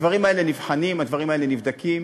הדברים האלה נבחנים, הדברים האלה נבדקים.